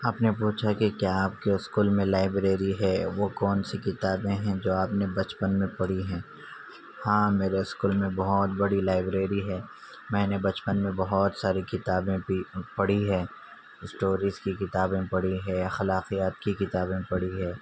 آپ نے پوچھا کہ کیا آپ کے اسکول میں لائبریری ہے وہ کونسی کتابیں ہیں جو آپ نے بچپن میں پڑھی ہیں ہاں میرے اسکول میں بہت بڑی لائبریری ہے میں نے بچپن میں بہت ساری کتابیں پی پڑھی ہے اسٹوریز کی کتابیں پڑھی ہے اخلاقیات کی کتابیں پڑھی ہے